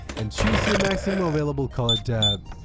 and choose your maximum available color depth,